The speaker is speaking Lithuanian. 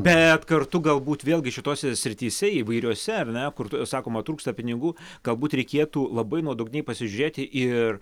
bet kartu galbūt vėlgi šitose srityse įvairiose ar ne kur sakoma trūksta pinigų galbūt reikėtų labai nuodugniai pasižiūrėti ir